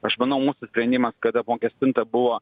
aš manau mūsų sprendimas kad apmokestinta buvo